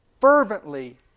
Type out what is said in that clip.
fervently